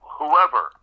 whoever